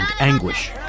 anguish